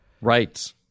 Right